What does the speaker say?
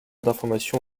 d’information